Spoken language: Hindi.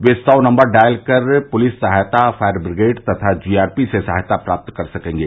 वे सौ नम्बर डॉयल कर एक पुलिस सहायता फायर ब्रिगेड तथा जीआरपी से सहायता प्राप्त कर सकेंगे